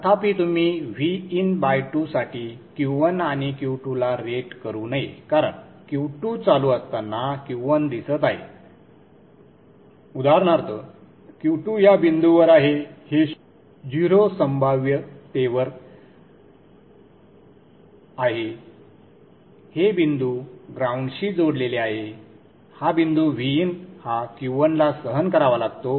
तथापि तुम्ही Vin2 साठी Q1 आणि Q2 ला रेट करू नये कारण Q2 चालू असताना Q1 दिसत आहे उदाहरणार्थ Q2 या बिंदूवर आहे हे 0 संभाव्यतेवर आहे हे बिंदू ग्राऊंडशी जोडलेले आहे हा बिंदू Vin हा Q1 ला सहन करावा लागतो